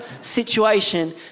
situation